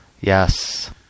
Yes